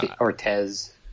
Ortez